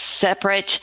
separate